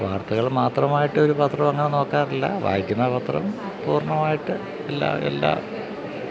വാർത്തകള് മാത്രമായിട്ട് ഒരു പത്രം അങ്ങനെ നോക്കാറില്ല വായിക്കുന്ന പത്രം പൂർണ്ണമായിട്ട് എല്ലാ എല്ലാ